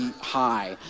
high